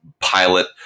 pilot